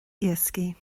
iascaigh